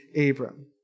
Abram